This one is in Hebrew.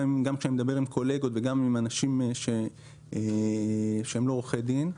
גם כשאני מדבר עם קולגות וגם עם אנשים שהם לא עורכי דין,